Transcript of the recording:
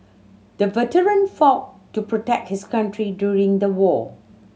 the veteran fought to protect his country during the war